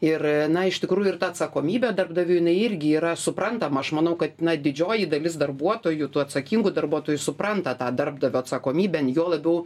ir na iš tikrųjų ir ta atsakomybė darbdavių jinai irgi yra suprantama aš manau kad na didžioji dalis darbuotojų tų atsakingų darbuotojų supranta tą darbdavio atsakomybę juo labiau